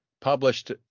published